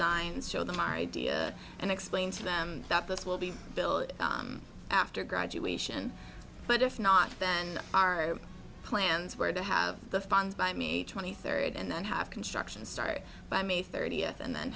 and show them my idea and explain to them that this will be bill after graduation but if not then our plans where they have the funds by me twenty third and then have construction start by may thirtieth and then